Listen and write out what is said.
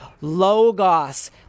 Logos